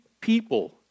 people